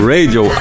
Radio